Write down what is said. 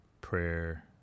prayer